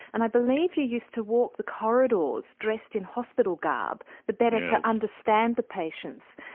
and i believe you used to walk the corridors dressed in hospital garb the better to understand the patients.